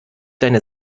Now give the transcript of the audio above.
deine